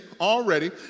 already